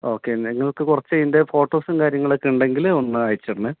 okay നിങ്ങൾക്ക് കുറച്ച് ഇതിൻ്റെ ഫോട്ടോസും കാര്യങ്ങളൊക്കെ ഉണ്ടെങ്കിൽ ഒന്ന് അയച്ച് ഇടണം